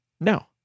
no